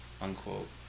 unquote